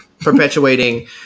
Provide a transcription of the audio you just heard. perpetuating